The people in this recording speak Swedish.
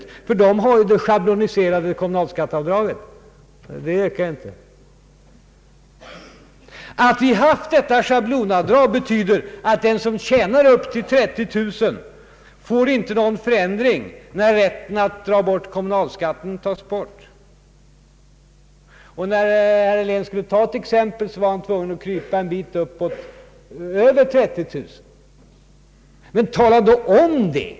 De har nämligen som regel bara det schabloniserade kommunalskatteavdraget, och det ökar inte. Att vi haft detta schablonavdrag betyder att den som tjänar upp till 30 000 kronor får ingen ändring av skatten när rätten att göra avdrag för kommunalskatt tas bort. När herr Helén skulle anföra ett exempel var han tvungen att gå över 30 000 kronors inkomst. Men tala då om det ———.